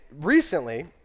recently